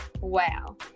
Wow